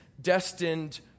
destined